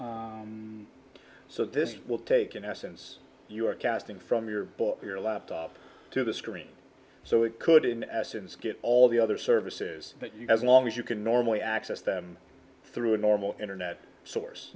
exactly so this will take in essence you're casting from your your laptop to the screen so it could in essence get all the other services that you have always you can normally access them through a normal internet source